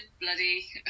bloody